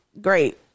Great